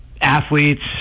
athletes